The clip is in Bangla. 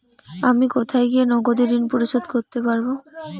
আমি কোথায় গিয়ে নগদে ঋন পরিশোধ করতে পারবো?